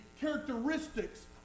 characteristics